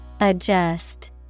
Adjust